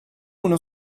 uno